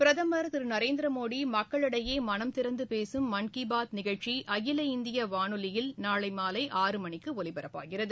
பிரதம் திரு நரேந்திரமோடி மக்களிடையே மனம் திறந்து பேசும் மன் கி பாத் நிகழ்ச்சி அகில இந்திய வானொலியில் நாளை மாலை ஆறு மணிக்கு ஒலிபரப்பாகிறது